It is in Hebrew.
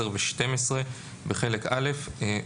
(10) ו-(12) בחלק א'.